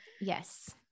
Yes